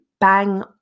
bang